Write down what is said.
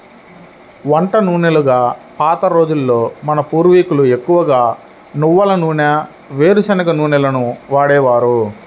వంట నూనెలుగా పాత రోజుల్లో మన పూర్వీకులు ఎక్కువగా నువ్వుల నూనె, వేరుశనగ నూనెలనే వాడేవారు